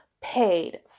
paid